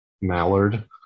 Mallard